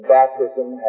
baptism